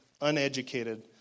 uneducated